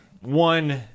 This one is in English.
One